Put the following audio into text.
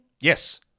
Yes